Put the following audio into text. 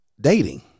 dating